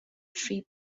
tree